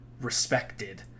respected